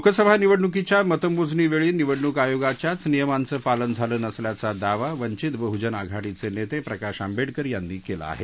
लोकसभा निवडणुकीच्या मतमोजणीवेळी निवडणुक आयोगाच्याच नियमांचं पालन झालं नसल्याचा दावा वंचित बहजन आघाडीचे नेते प्रकाश आंबेडकर यांनी केला आहे